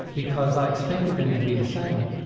because i expected them to be the same.